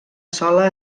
sola